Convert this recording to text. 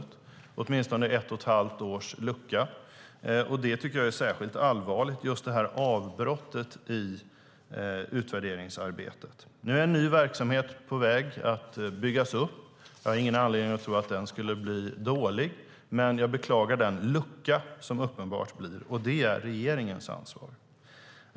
Det blir en lucka på åtminstone ett och ett halvt år, och jag tycker att det är särskilt allvarligt med det här avbrottet i utvärderingsarbetet. Nu är en ny verksamhet på väg att byggas upp. Jag har ingen anledning att tro att den skulle bli dålig, men jag beklagar den lucka som uppenbart uppstår, och den är regeringens ansvar.